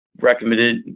recommended